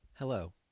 Hello